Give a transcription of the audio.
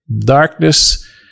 Darkness